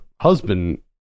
husband